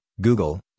Google